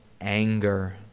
anger